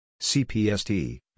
CPST